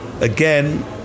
again